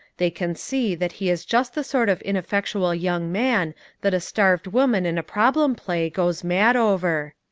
they can see that he is just the sort of ineffectual young man that a starved woman in a problem play goes mad over.